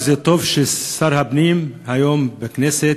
וטוב ששר הפנים היום בכנסת,